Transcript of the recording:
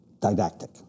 didactic